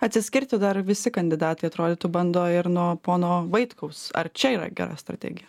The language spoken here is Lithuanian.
atsiskirti dar visi kandidatai atrodytų bando ir nuo pono vaitkaus ar čia yra gera strategija